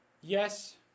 Yes